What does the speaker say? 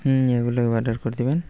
হুম এগুলো অর্ডার করে দিবেন